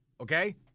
Okay